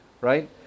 Right